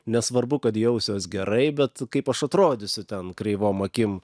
nesvarbu kad jausiuos gerai bet kaip aš atrodysiu ten kreivom akim